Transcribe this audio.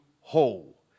whole